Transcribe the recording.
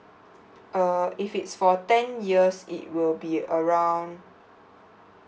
uh if it's for ten years it will be around